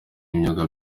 imyuga